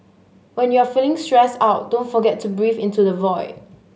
when you are feeling stressed out don't forget to breathe into the void